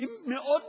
הן מאוד מתקשרות,